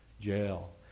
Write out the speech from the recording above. Jail